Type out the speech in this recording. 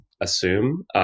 assume